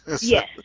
Yes